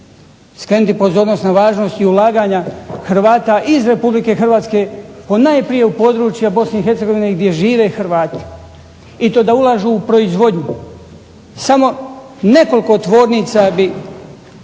skrenuti pozornosti na važnosti ulaganja Hrvata iz RH u po najprije područja BiH gdje žive Hrvati i to da ulažu u proizvodnju. Samo nekoliko tvornica bi